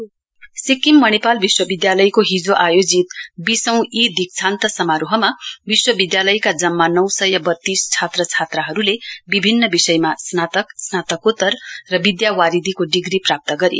एसएमय convocation Sikkim Manipal विश्ववद्यालयको हिजो आयोजित बीसौं इ दीक्षान्त समारोहमा विश्वविद्यालयका जम्मा नौ सय बत्तीस छात्र छात्राहरूले विभिन्न विषयमा स्रातक स्नातकोत्तर र विद्यावारिधीको डिग्री प्राप्त गरे